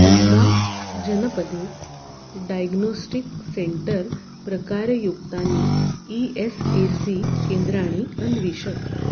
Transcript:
चम्बाजनपदे diagnostic centre प्रकारयुक्तानि E S A C केन्द्राणि अन्विष